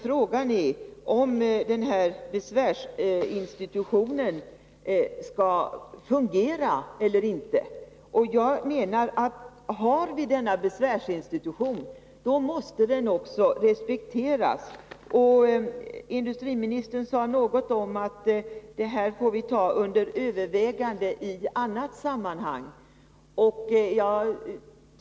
Frågan är om besvärsinstitutet skall fungera eller inte. Jag menar att om vi har ett besvärsinstitut, måste det också respekteras. Industriministern sade någonting om att vi får ta det här under övervägande i annat sammanhang.